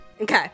Okay